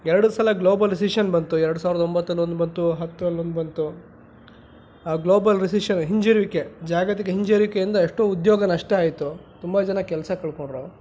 ಎರಡು ಸಲ global recession ಬಂತು ಎರಡು ಸಾವಿರದ ಒಂಬತ್ತರಲ್ಲಿ ಒಂದು ಬಂತು ಹತ್ತರಲ್ಲಿ ಒಂದು ಬಂತು ಆ ಗ್ಲೋಬಲ್ ರಿಸಿಷನ್ ಹಿಂಜರುಗುವಿಕೆ ಜಾಗತಿಕ ಹಿಂಜರುಗುವಿಕೆಯಿಂದ ಎಷ್ಟೋ ಉದ್ಯೋಗ ನಷ್ಟ ಆಯಿತು ತುಂಬ ಜನ ಕೆಲಸ ಕಳ್ಕೊಂಡರು